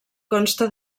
consta